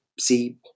see